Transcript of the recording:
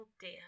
dear